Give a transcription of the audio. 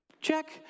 Check